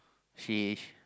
she